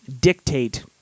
dictate